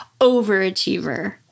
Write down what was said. overachiever